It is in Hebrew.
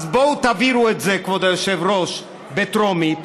אז בואו ותעבירו את זה, כבוד היושב-ראש, בטרומית.